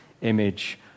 image